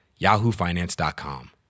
yahoofinance.com